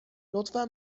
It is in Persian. لطفا